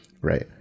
Right